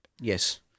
Yes